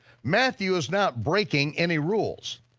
matthew is not breaking any rules.